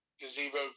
gazebo